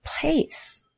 place